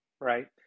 right